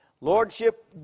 Lordship